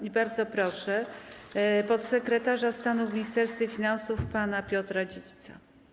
I bardzo proszę podsekretarza stanu w Ministerstwie Finansów pana Piotra Dziedzica.